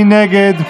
מי נגד?